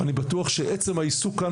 אני בטוח שבעצם העיסוק כאן,